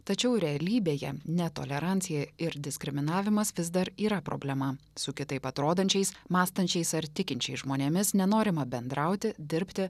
tačiau realybėje netolerancija ir diskriminavimas vis dar yra problema su kitaip atrodančiais mąstančiais ar tikinčiais žmonėmis nenorima bendrauti dirbti